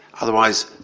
otherwise